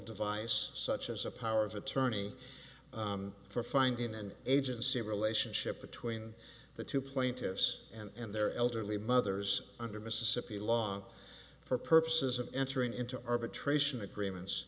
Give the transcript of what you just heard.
device such as a power of attorney for finding an agency relationship between the two plaintiffs and their elderly mothers under mississippi long for purposes of entering into arbitration agreements